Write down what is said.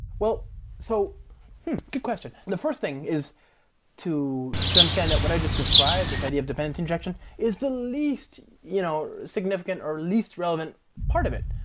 so good question. the first thing is to to understand that what i just described, this idea of dependency injection, is the least you know significant or least relevant part of it.